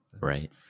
Right